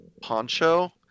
poncho